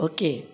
Okay